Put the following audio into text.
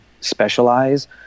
specialize